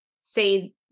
say